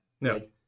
No